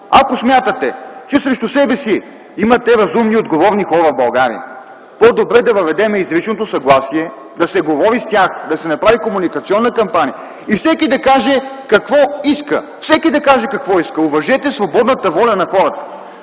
ако смятате, че срещу себе си имате разумни и отговорни хора в България, по-добре да въведем изричното съгласие да се говори с тях, да се направи комуникационна кампания и всеки да каже какво иска. Всеки да каже какво